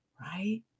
right